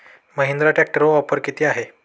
महिंद्रा ट्रॅक्टरवर ऑफर किती आहे?